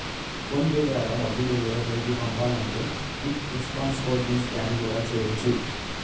phone pay ద్వారా డబ్బులు వేరొకరికి పంపాలంటే క్విక్ రెస్పాన్స్ కోడ్ ని స్కాన్ కూడా చేయచ్చు